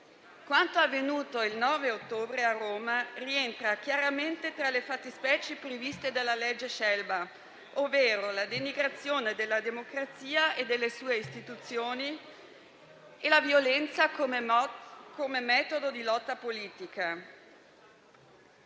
Quanto avvenuto il 9 ottobre a Roma rientra chiaramente tra le fattispecie previste dalla legge Scelba, ovvero la denigrazione della democrazia e delle sue istituzioni e la violenza come metodo di lotta politica.